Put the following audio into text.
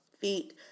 feet